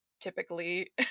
typically